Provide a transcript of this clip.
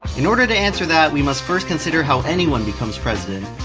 in order to answer that, we must first consider how anyone becomes president.